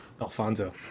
Alfonso